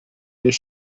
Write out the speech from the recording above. their